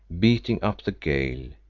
beating up the gale,